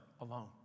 alone